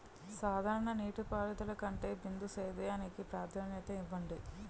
సాధారణ నీటిపారుదల కంటే బిందు సేద్యానికి ప్రాధాన్యత ఇవ్వండి